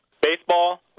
Baseball